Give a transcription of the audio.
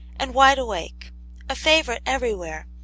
and wide-awake a favourite everywhere,